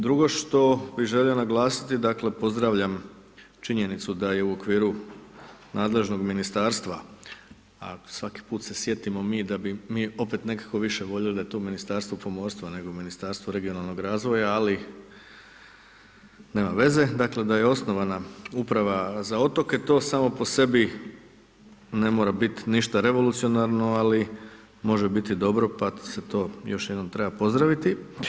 Drugi što bi želio naglasiti, dakle, pozdravljam činjenicu da je u o0kviru nadležnog ministarstva, a svaki put se sjetimo mi da bi mi opet nekako više voljeli da je tu Ministarstvo pomorstva, nego Ministarstvo regionalnog razvoja, ali nema veze, da je osnovana uprava za otoke, to samo po sebi ne mora biti ništa revolucionarno ali može biti dobro, pa se to još jednom treba pozdraviti.